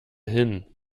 hin